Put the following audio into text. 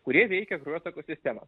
kurie veikia kraujotakos sistemą